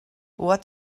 what